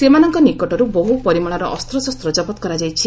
ସେମାନଙ୍କ ନିକଟରୁ ବହୁ ପରିମାଣର ଅସ୍ତ୍ରଶସ୍ତ କରାଯାଇଛି